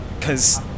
cause